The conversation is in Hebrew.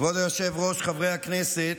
כבוד היושב-ראש, חברי הכנסת,